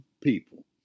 people